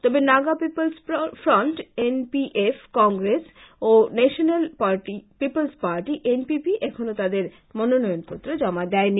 তবে Naga people's front NPF Congress ও national people's party NPP এখনো তাদের মনোনয়ন পত্র জমা দেয় নি